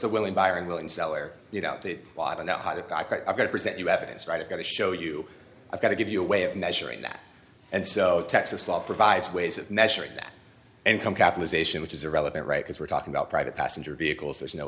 the willing buyer and willing seller you know out the bottom that hide it i'm going to present you evidence right i've got to show you i've got to give you a way of measuring that and so texas law provides ways of measuring that income capitalization which is irrelevant right because we're talking about private passenger vehicles there's no